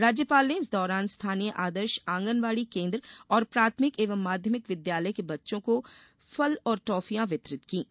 राज्यपाल ने इस दौरान स्थानीय आदर्श आंगनबाड़ी केन्द्र और प्राथमिक एवं माध्यमिक विद्यालय के बच्चों को फल और टॉफियां वितरित कीं